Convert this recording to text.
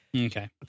Okay